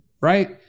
right